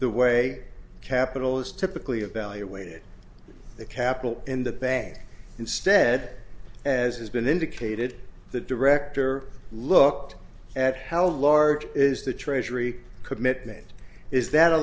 the way capital is typically evaluated the capital in the bank instead as has been indicated the director looked at how large is the treasury commitment is that a